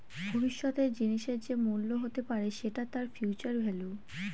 ভবিষ্যতের জিনিসের যে মূল্য হতে পারে সেটা তার ফিউচার ভেল্যু